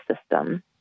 system